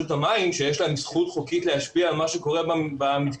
המים שיש להם זכות חוקית להשפיע על מה שקורה במתקן,